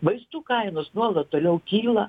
vaistų kainos nuolat toliau kyla